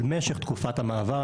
על משך תקופת המעבר,